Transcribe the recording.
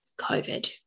COVID